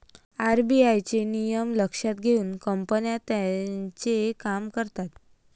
RBI चे नियम लक्षात घेऊन कंपन्या त्यांचे काम करतात